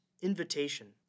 invitation